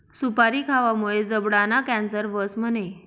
सुपारी खावामुये जबडाना कॅन्सर व्हस म्हणे?